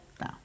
No